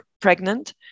pregnant